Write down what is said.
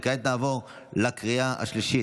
כעת נעבור לקריאה השלישית.